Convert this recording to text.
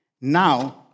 Now